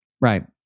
Right